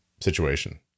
situation